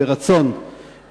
ברצון,